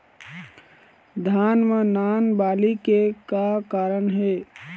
धान म नान बाली के का कारण हे?